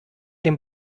dem